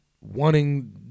wanting